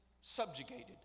subjugated